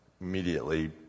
immediately